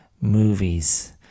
movies